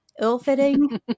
ill-fitting